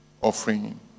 offering